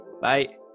Bye